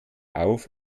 auf